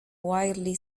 widely